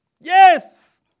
Yes